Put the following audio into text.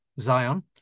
Zion